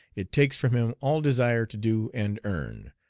it takes from him all desire to do and earn,